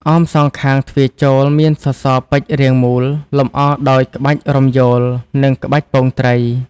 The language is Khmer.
អមសងខាងទ្វារចូល មាន សសរពេជ្ររាងមូល លម្អដោយ ក្បាច់រំយោល និង ក្បាច់ពងត្រី។